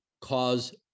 cause